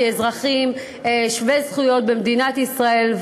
כאזרחים שווי זכויות במדינת ישראל.